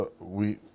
We-